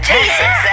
Jesus